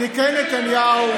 תיקי נתניהו,